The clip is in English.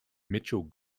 mitchell